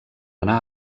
anar